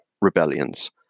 rebellions